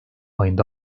ayında